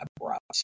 abrupt